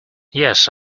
yes